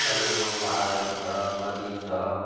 कालिम्पोङमा पहाडहरू छ नदी छ